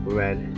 red